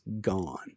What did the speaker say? gone